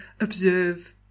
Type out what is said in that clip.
observe